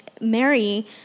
Mary